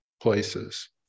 places